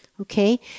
Okay